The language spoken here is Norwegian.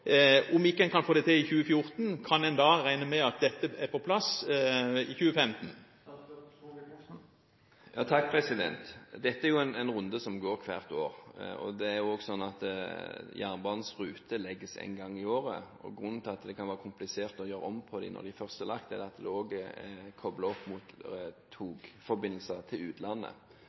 Om en ikke kan få det til i 2014, kan en da regne med at dette er på plass i 2015? Dette er jo en runde som går hvert år. Det er også sånn at jernbanens ruter legges en gang i året. Grunnen til at det kan være komplisert å gjøre om på dem når de først er lagt, er at de også er koblet opp mot togforbindelser til utlandet.